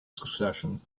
succession